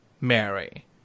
Mary